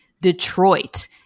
Detroit